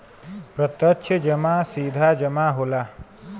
प्रत्यक्ष जमा सीधा जमा होला